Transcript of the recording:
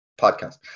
podcast